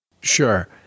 Sure